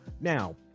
now